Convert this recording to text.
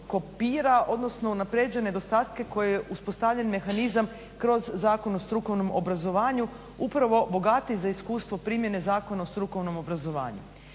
kopira odnosno unapređuje nedostatke koje uspostavljen mehanizam kroz Zakon o strukovnom obrazovanju upravo bogatiji za iskustvo primjene Zakona o strukovnom obrazovanju.